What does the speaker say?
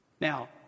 Now